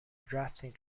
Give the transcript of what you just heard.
drafting